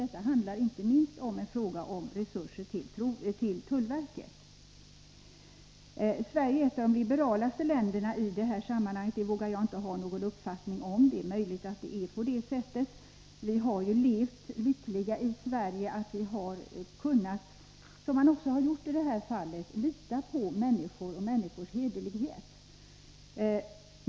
Det handlar alltså inte minst om resurser till tullverket. Huruvida Sverige är ett av de liberalaste länderna i detta sammanhang vågar jag inte ha någon uppfattning om. Det är möjligt att det är på det sättet. Vi har ju levt lyckliga i Sverige tack vare att vi har kunnat lita på människor och människors hederlighet — det har vi gjort även i detta fall.